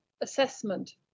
assessment